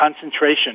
concentration